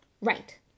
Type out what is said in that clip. Right